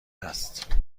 است